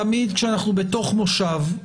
תמיד כשאנחנו בתוך מושב,